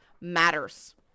matters